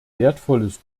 wertvolles